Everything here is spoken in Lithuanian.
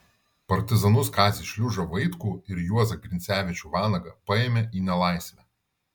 partizanus kazį šliužą vaitkų ir juozą grincevičių vanagą paėmė į nelaisvę